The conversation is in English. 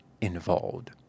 involved